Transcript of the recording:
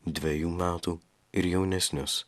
dvejų metų ir jaunesnius